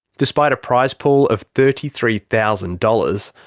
despite a prize pool of thirty three thousand dollars,